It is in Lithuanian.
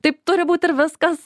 taip turi būt ir viskas